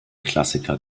klassiker